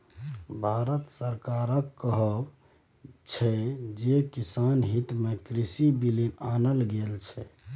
भारत सरकारक कहब छै जे किसानक हितमे कृषि बिल आनल गेल छै